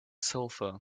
sulfur